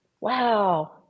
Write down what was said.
Wow